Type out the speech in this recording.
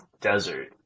Desert